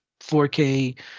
4K